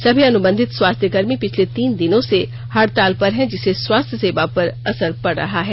सभी अनुबंधित स्वास्थ्य कर्मी पिछले तीन दिनों से हड़ताल पर हैं जिससे स्वास्थ्य सेवा पर असर पड़ रहा है